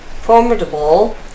formidable